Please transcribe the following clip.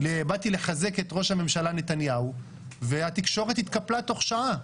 באתי לחזק את ראש הממשלה נתניהו והתקשורת התקפלה תוך שעה.